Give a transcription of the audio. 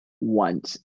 want